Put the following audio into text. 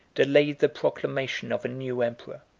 delayed the proclamation of a new emperor.